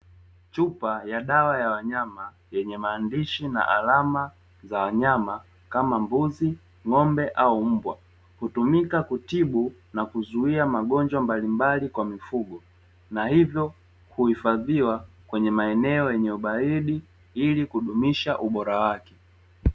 Chupa ya dawa ya wanyama yenye maandishi na alama za wanyama kama mbuzi, ng'ombe au mbwa hutumika kutibu na kuzuia magonjwa mbalimbali kwa mifugo. na hivyo kuhifadhiwa kwenye maeneo yenye ubaridi ili kudumisha ubora wake.